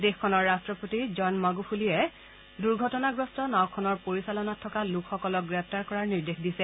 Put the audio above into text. দেশখনৰ ৰাট্টপতি জন মাগুফুলিয়ে দুৰ্ঘটনাগ্ৰস্ত নাওখনৰ পৰিচালনাত থকা লোকসকলক গ্ৰেপ্তাৰ কৰাৰ নিৰ্দেশ দিছে